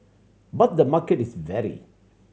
but the market is wary